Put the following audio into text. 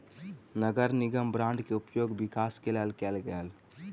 नगर निगम बांड के उपयोग विकास के लेल कएल गेल